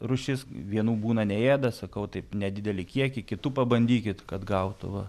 rūšis vienų būna neėda sakau taip nedidelį kiekį kitų pabandykit kad gautų va